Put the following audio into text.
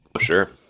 Sure